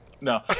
no